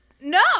No